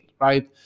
right